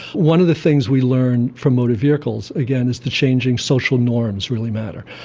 one of the things we learned from motor vehicles, again, is the changing social norms really matter.